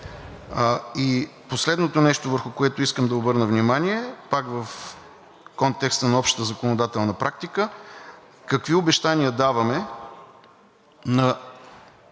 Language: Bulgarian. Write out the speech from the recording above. Последното нещо върху, което искам да обърна внимание, пак в контекста на общата законодателна практика, какви обещания даваме на